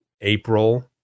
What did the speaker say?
April